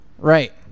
Right